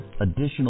additional